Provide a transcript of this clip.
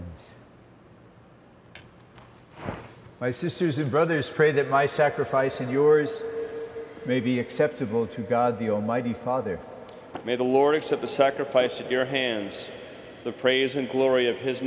see my sisters and brothers pray that my sacrifice and yours may be acceptable to god the almighty father made the lord accept the sacrifice your hands the praise and glory of his